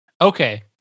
Okay